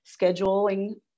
scheduling